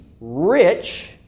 rich